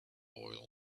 oil